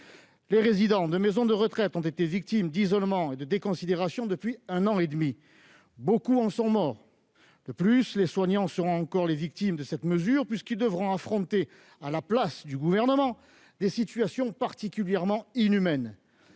Les résidents des maisons de retraite ont été victimes d'isolement et de déconsidération depuis un an et demi. Beaucoup en sont morts. De plus, les soignants seront encore les victimes de cette mesure, puisqu'ils devront affronter, à la place du Gouvernement, des situations particulièrement inhumaines.